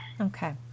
Okay